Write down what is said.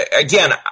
again